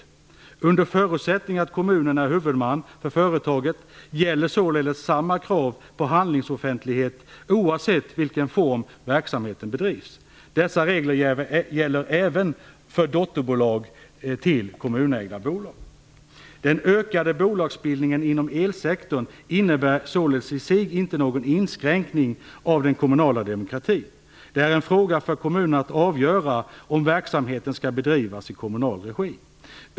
Under förutsättning att kommunen är huvudman för företaget gäller således samma krav på handlingsoffentlighet oavsett i vilken form verksamheten bedrivs. Dessa regler gäller även för dotterbolag till kommunalägda bolag. Den ökade bolagsbildningen inom elsektorn innebär således i sig inte någon inskränkning av den kommunala demokratin. Det är en fråga för kommunerna att avgöra om verksamheten skall bedrivas i kommunal regi.